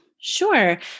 Sure